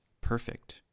perfect